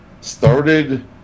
started